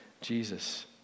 Jesus